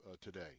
today